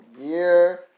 year